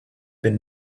been